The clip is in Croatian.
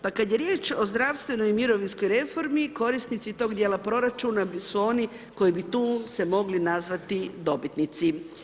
Pa kada je riječ o Zdravstvenoj i Mirovinskoj reformi, korisnici toga dijela proračuna su oni koji bi tu se mogli nazvati dobitnici.